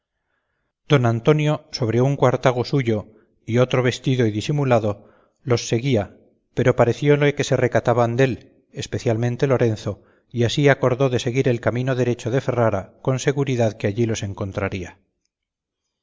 don antonio sobre un cuartago suyo y otro vestido y disimulado los seguía pero parecióle que se recataban dél especialmente lorenzo y así acordó de seguir el camino derecho de ferrara con seguridad que allí los encontraría